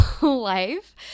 life